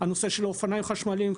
אופניים חשמליים,